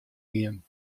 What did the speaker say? gien